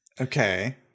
Okay